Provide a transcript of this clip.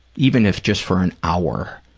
even if just for an hour,